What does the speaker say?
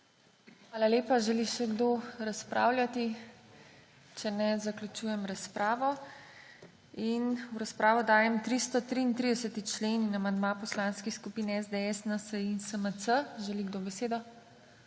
Hvala lepa. Želi še kdo razpravljati? Če ne, zaključujem razpravo. V razpravo dajem 333. člen in amandma poslanskih skupin SDS, NSi in SMC. Želi kdo besedo?